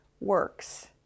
works